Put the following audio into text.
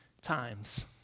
times